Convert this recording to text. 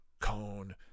cone